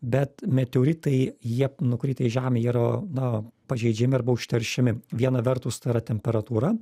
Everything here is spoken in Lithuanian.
bet meteoritai jie nukritę į žemę jie yra na pažeidžiami arba užteršiami viena vertus tai yra temperatūra